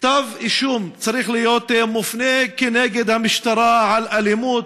כתב אישום צריך להיות מופנה כנגד המשטרה על אלימות,